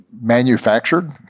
manufactured